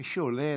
מי שעולה,